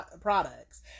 Products